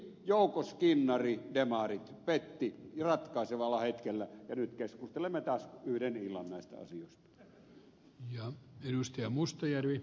jouko skinnari demarit petti ratkaisevalla hetkellä ja nyt keskustelemme taas yhden illan näistä asioista